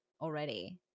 already